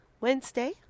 Wednesday